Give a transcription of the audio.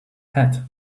hat